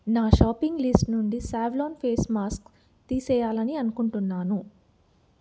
నా shopping list నుండి Savlon face mask తీసేయాలని అనుకుంటున్నాను